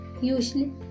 usually